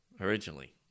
originally